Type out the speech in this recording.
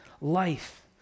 life